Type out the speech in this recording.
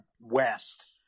west